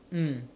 mm